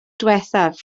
ddiwethaf